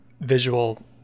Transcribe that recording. visual